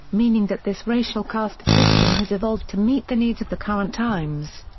meaning that this racial caste system has evolved to meet the needs of the current times.